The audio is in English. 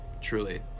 truly